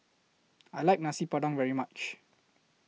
I like Nasi Padang very much